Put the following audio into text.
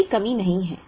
कोई कमी नहीं है